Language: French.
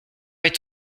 est